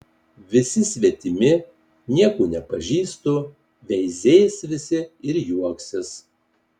visi svetimi nieko nepažįstu veizės visi ir juoksis